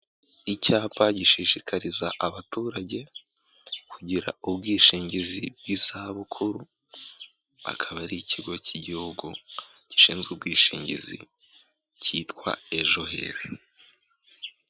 Icyapa gishishikariza abaturage kugira ubwishingizi bw'izabukuru, akaba ari ikigo cy'igihugu gishinzwe ubwishingizi cyitwa ejo heza.